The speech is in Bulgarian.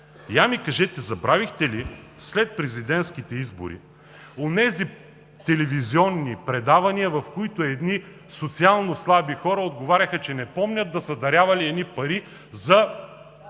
ми кажете: забравихте ли след президентските избори онези телевизионни предавания, в които едни социално слаби хора отговаряха, че не помнят да са дарявали едни пари за